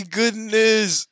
goodness